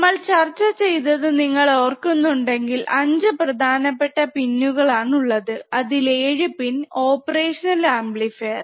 നമ്മൾ ചർച്ച ചെയ്തത് നിങ്ങൾ ഓർക്കുന്നുണ്ണ്ടെങ്കിൽ 5 പ്രധാനപ്പെട്ട പിന്നുകൾ ആണുള്ളത് അതിൽ ഏഴ് പിൻ ഓപ്പറേഷനിൽ ആംപ്ലിഫയർ